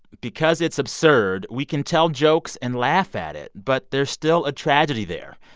because it's absurd, we can tell jokes and laugh at it, but there's still a tragedy there.